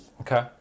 Okay